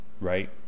Right